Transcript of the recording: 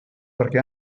perquè